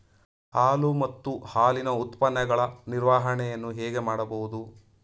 ಹಾಲು ಮತ್ತು ಹಾಲಿನ ಉತ್ಪನ್ನಗಳ ನಿರ್ವಹಣೆಯನ್ನು ಹೇಗೆ ಮಾಡಬಹುದು?